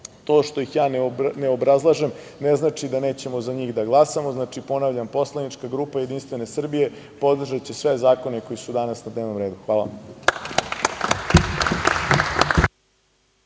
što ih ja ne obrazlažem ne znači da nećemo za njih da glasamo. Ponavljam, poslanička grupa JS podržaće sve zakone koji su danas na dnevnom redu. Hvala.